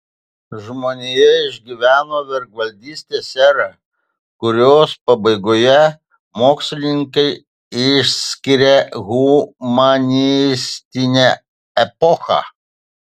žmonija išgyveno vergvaldystės erą kurios pabaigoje mokslininkai išskiria humanistinę epochą